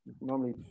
normally